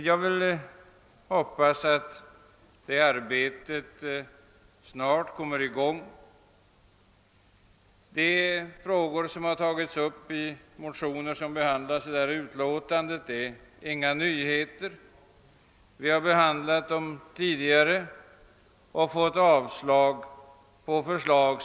Jag vill hoppas att det arbetet snart kommer i gång. Det är inga nya frågor som har tagits upp i de motioner som behandlas i detta utlåtande. Vi har framfört dem motionsvägen tidigare och fått avslag på förslagen.